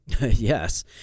Yes